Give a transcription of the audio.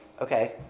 okay